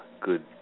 good